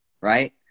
right